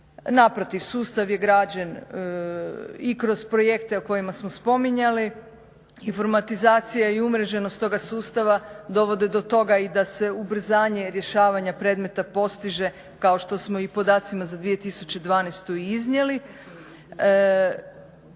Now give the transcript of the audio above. Naprotiv, sustav je građen i kroz projekt o kojima smo spominjali. Informatizacija i umreženost toga sustava dovode do toga da se ubrzanje rješavanje predmeta postiže kao što smo i podacima za 2012.iznijeli.